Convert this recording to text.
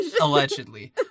allegedly